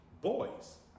boys